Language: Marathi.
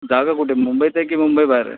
जागा कुठे मुंबईत आहे की मुंबई बाहेर आहे